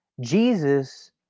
Jesus